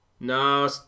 No